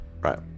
Right